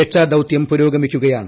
രക്ഷാ ദൌതൃം പുരോഗമിക്കുകയാണ്